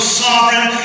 sovereign